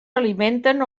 alimenten